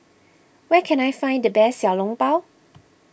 where can I find the best Xiao Long Bao